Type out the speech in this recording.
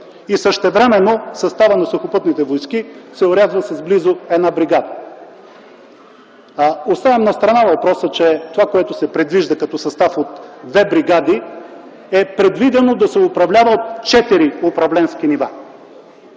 и същевременно съставът на Сухопътните войски се орязва с близо една бригада? Оставям настрана въпроса, че това, което предвижда като състав от две бригади, е предвидено да се управлява от четири управленски нива.